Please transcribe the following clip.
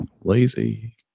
Lazy